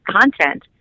content